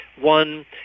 one